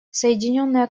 соединенное